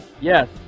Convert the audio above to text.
Yes